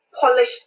polish